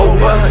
Over